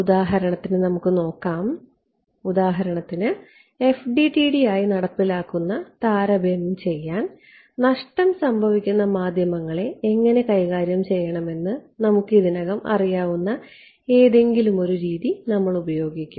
ഉദാഹരണത്തിന് നമുക്ക് നോക്കാം ഉദാഹരണത്തിന് FDTD ആയി നടപ്പിലാക്കുന്നതിനുള്ള താരതമ്യം നടത്താൻ നഷ്ടം സംഭവിക്കുന്ന മാധ്യമങ്ങളെ എങ്ങനെ കൈകാര്യം ചെയ്യണമെന്ന് നിങ്ങൾക്ക് ഇതിനകം അറിയാവുന്ന ഏതെങ്കിലും ഒരു രീതി നമ്മൾ ഉപയോഗിക്കും